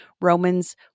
Romans